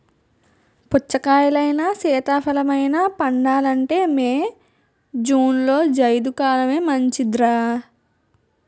పుచ్చకాయలైనా, సీతాఫలమైనా పండాలంటే మే, జూన్లో జైద్ కాలమే మంచిదర్రా